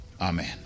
Amen